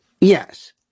Yes